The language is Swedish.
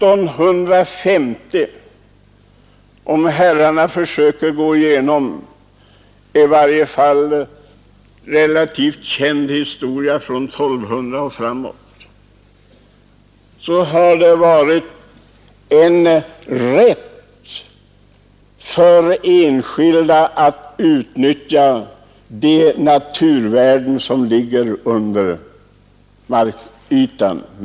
Om herrarna försöker gå igenom i varje fall relativt känd historia från 1200 och framåt, så finner ni att det aldrig före 1950 har funnits en rätt för enskilda att utnyttja de naturvärden som ligger under markytan.